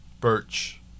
Birch